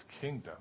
kingdom